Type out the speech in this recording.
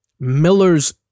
Miller's